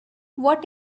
what